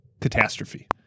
catastrophe